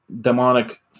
demonic